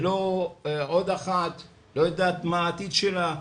ולא עוד אחת לא יודעת מה העתיד שלה,